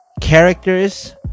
characters